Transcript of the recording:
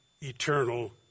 eternal